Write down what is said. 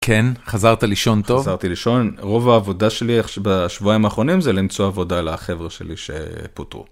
כן, חזרת לישון טוב? חזרתי לישון, רוב העבודה שלי עכש... בשבועיים האחרונים זה למצוא עבודה לחבר'ה שלי שפוטרו.